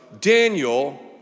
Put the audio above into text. Daniel